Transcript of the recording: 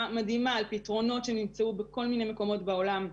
מדהימה על פתרונות שנמצאו בכל מיני מקומות בעולם,